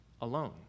alone